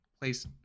place